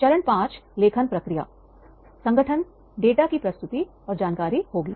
चरण 5 लेखन प्रक्रियासंगठन डेटा की प्रस्तुति और जानकारी होगी